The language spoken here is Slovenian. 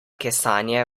kesanje